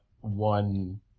one